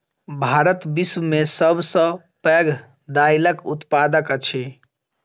भारत विश्व में सब सॅ पैघ दाइलक उत्पादक अछि